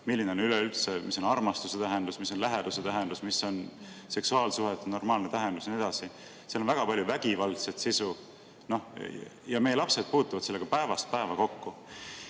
milline on üleüldse armastuse tähendus, läheduse tähendus, mis on seksuaalsuhete normaalne tähendus ja nii edasi. Seal on väga palju vägivaldset sisu. Ja meie lapsed puutuvad sellega päevast päeva kokku.